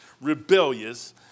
rebellious